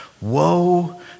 Woe